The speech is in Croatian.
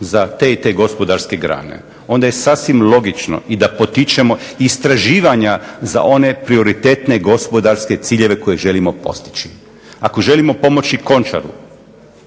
za te i te gospodarske grane onda je sasvim logično i da potičemo istraživanja za one prioritetne gospodarske ciljeve koje želimo postići. Ako želimo pomoći Končaru